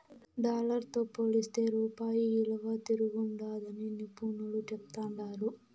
dollar తో పోలిస్తే రూపాయి ఇలువ తిరంగుండాదని నిపునులు చెప్తాండారు